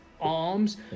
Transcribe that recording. arms